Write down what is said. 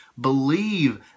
Believe